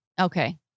okay